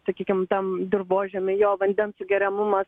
sakykim tam dirvožemy jo vandens sugeriamumas